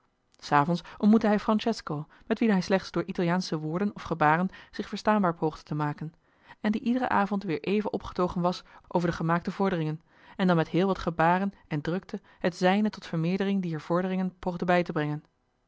s avonds ontmoette hij francesco met wien hij slechts door italiaansche woorden of gebaren zich verstaanbaar poogde te maken en die iederen avond weer even opgetogen was over de gemaakte vorderingen en dan met heel wat gebaren en drukte het zijne tot vermeerdering dier vorderingen poogde bij te brengen